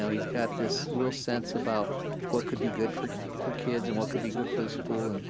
he's got this real sense about what could be good for for kids and what could be good for the school. and